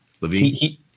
Levine